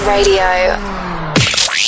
Radio